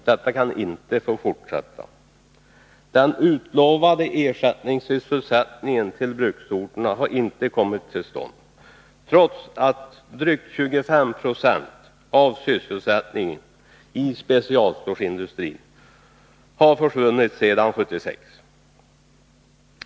Detta kan inte få fortsätta. Den utlovade ersättningssysselsättningen till bruksorterna har inte kommit till stånd, trots att drygt 25 26 av sysselsättningen inom specialstålsindustrin har försvunnit sedan 1976.